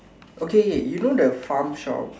okay you know the pharm shop